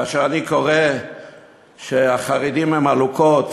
כאשר אני קורא שהחרדים הם עלוקות,